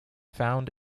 found